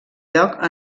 lloc